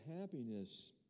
happiness